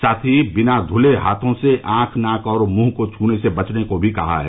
साथ ही बिना धुले हाथों से आंख नाक और मुंह को छूने से बचने को भी कहा गया है